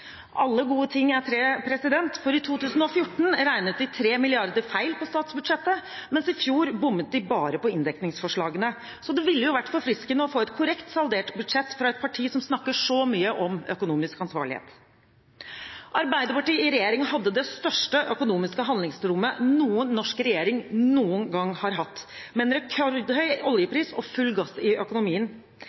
Alle gode ting er tre, for i 2014 regnet de tre milliarder feil på statsbudsjettet, mens i fjor bommet de bare på inndekningsforslagene. Så det ville jo vært forfriskende å få et korrekt saldert budsjett fra et parti som snakker så mye om økonomisk ansvarlighet. Arbeiderpartiet i regjering hadde det største økonomiske handlingsrommet noen norsk regjering noen gang har hatt, med en rekordhøy oljepris og full gass i økonomien.